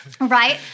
Right